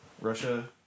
russia